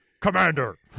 Commander